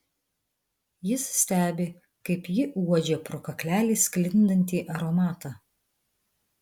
jis stebi kaip ji uodžia pro kaklelį sklindantį aromatą